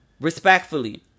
Respectfully